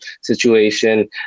situation